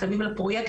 מסביב לפרויקט,